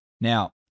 Now